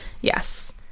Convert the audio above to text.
yes